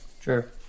sure